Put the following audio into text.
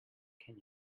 can